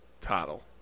title